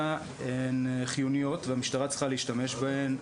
הן חיוניות והמשטרה צריכה להשתמש בהן,